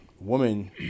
woman